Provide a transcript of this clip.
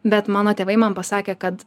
bet mano tėvai man pasakė kad